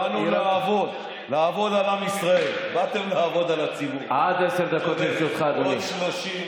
הסיוע אמור לתת עזרה לעולה בתקופת התאקלמותו הראשונה בישראל.